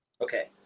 Okay